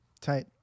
Tight